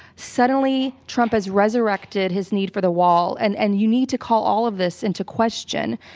suddenly, trump has resurrected his need for the wall, and and you need to call all of this into question,